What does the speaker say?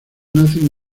nacen